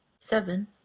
seven